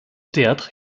théâtre